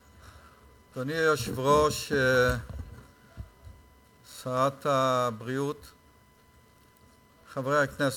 אחר אלא להזרים את הכסף ולקחת אחריות על בית-החולים,